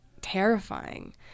terrifying